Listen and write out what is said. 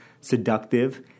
seductive